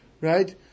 Right